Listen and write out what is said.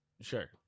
Sure